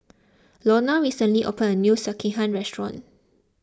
Lona recently opened a new Sekihan restaurant